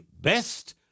best